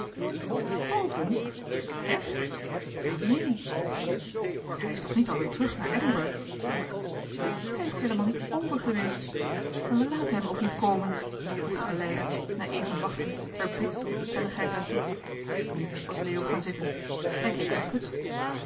boven her welnee hij is toch niet al weer terug naar edinburg hij is heelemaal niet over geweest en we laten hem ook niet komen voegde aleida na even wachten er bits met stelligheid aan toe nu was leo gaan zitten hij keek onthutst